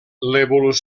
del